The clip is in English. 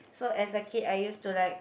so as a kid I use to like